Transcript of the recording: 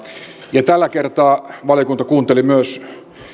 ja tällä kertaa valiokunta kuunteli myös